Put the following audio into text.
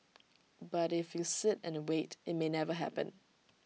but if you sit and wait IT may never happen